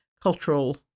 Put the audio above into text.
cultural